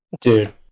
Dude